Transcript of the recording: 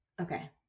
Okay